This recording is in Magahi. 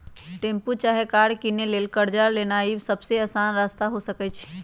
टेम्पु चाहे कार किनै लेल कर्जा लेनाइ सबसे अशान रस्ता हो सकइ छै